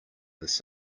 this